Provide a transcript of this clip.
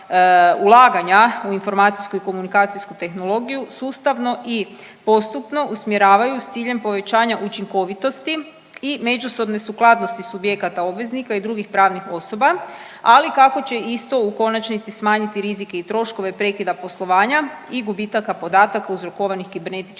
u informacijsku i komunikacijsku tehnologiju sustavno i postupno usmjeravaju s ciljem povećanja učinkovitosti i međusobne sukladnosti subjekata obveznika i drugih pravnih osoba, ali i kako će isto u konačnici smanjiti rizike i troškove prekida poslovanja i gubitaka podataka uzrokovanih kibernetičkim